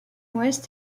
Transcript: ouest